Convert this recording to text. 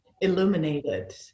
illuminated